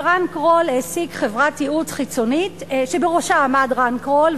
ורן קרול העסיק חברת ייעוץ חיצונית שבראשה עמד רן קרול,